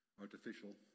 Artificial